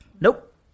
Nope